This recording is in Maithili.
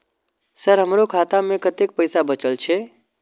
सर हमरो खाता में कतेक पैसा बचल छे?